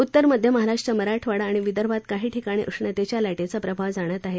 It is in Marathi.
उत्तर मध्य महाराष्ट्र मराठवाडा आणि विदर्भात काही ठिकाणी उष्णतेच्या लाटेचा प्रभाव जाणवत आहे